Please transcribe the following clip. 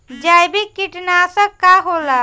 जैविक कीटनाशक का होला?